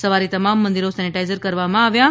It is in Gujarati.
સવારે તમામ મંદિરો સેટેનાઇઝર કરવામાં આવ્યા હતા